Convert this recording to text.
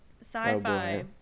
sci-fi